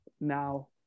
now